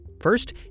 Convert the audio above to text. First